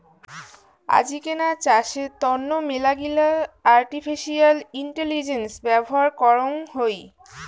আজিকেনা চাষের তন্ন মেলাগিলা আর্টিফিশিয়াল ইন্টেলিজেন্স ব্যবহার করং হই